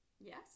Yes